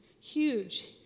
Huge